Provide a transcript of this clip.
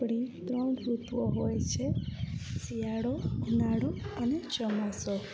આપણી ત્રણ ઋતુઓ હોય છે શિયાળો ઉનાળો અને ચોમાસું